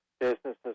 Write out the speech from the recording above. businesses